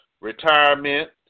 retirement